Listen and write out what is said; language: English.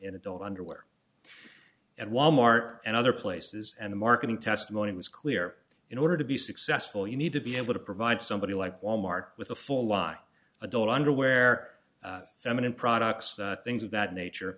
in adult underwear and wal mart and other places and marketing testimony it was clear in order to be successful you need to be able to provide somebody like wal mart with a full live adult underwear feminine products things of that nature